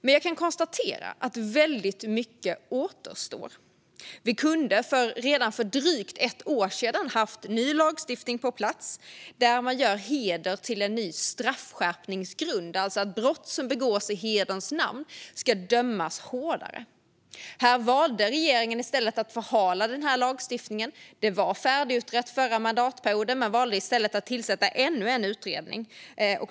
Men jag kan konstatera att väldigt mycket återstår. Vi kunde redan för drygt ett år sedan ha haft en ny lagstiftning på plats med en ny straffskärpningsgrund när det gäller heder. Det handlar alltså om att man ska dömas hårdare för brott som begås i hederns namn. Regeringen valde i stället att förhala den lagstiftningen. Det var färdigutrett under förra mandatperioden. Men man valde att tillsätta ännu en utredning.